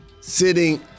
sitting